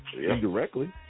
Indirectly